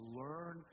learn